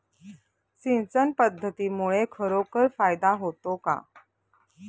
सिंचन पद्धतीमुळे खरोखर फायदा होतो का?